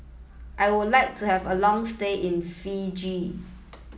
I would like to have a long stay in Fiji